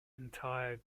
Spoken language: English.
entire